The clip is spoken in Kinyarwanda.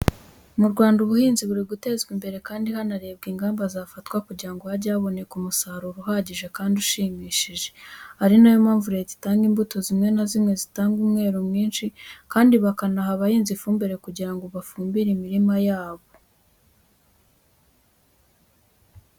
Mu Rwanda ubuhinzi buri gutezwa imbere kandi hanarebwa ingamba zafatwa kugira ngo hajye haboneka umusaruro uhagije, kandi ushimishije ari na yo mpamvu leta itanga imbuto zimwe na zimwe zitanga umwero mwinshi kandi bakanaha abahinzi ifumbire kugira ngo bafumbire imirima yabo.